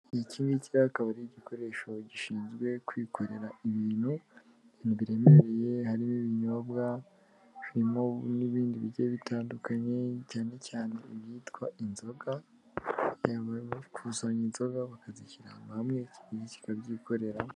Iki ngiki rero akaba ari igikoresho gishinzwe kwikorera ibintu biremereye, harimo ibinyobwa harimo n'ibindi bigiye bitandukanye cyane cyane ibyitwa inzoga, bagenda bakuzanya inzoga bakazishyira ahantu hamwe iki kikabyikorera.